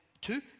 two